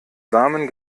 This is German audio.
samen